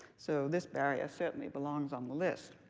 so this barrier certainly belongs on the list.